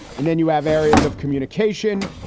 and then you have areas of communication.